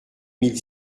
mille